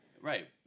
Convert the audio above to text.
Right